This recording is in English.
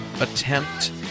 attempt